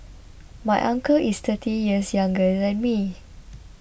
my uncle is thirty years younger than me